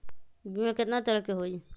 बीमा केतना तरह के होइ?